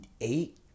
eight